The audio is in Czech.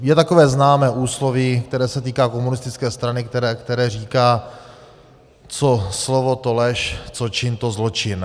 Je takové známé úsloví, které se týká komunistické strany, které říká: Co slovo, to lež, co čin, to zločin.